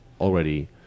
already